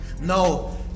No